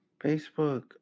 Facebook